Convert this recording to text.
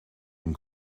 une